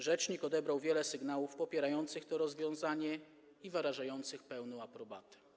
Rzecznik odebrał wiele sygnałów popierających to rozwiązanie i wyrażających pełną aprobatę.